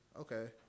okay